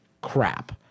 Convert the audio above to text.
crap